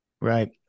Right